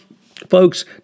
folks